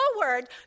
forward